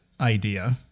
idea